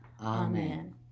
Amen